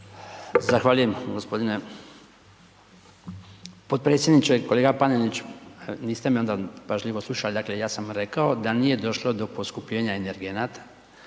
Zahvaljujem g. potpredsjedniče. Kolega Panenić, niste me onda pažljivo slušali, dakle, ja sam rekao da nije došlo do poskupljenja energenata,